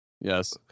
yes